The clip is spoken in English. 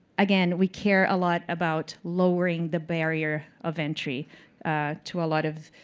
again, we care a lot about lowering the barrier of entry to a lot of